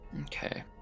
Okay